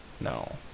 No